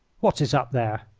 what is up there?